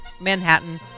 Manhattan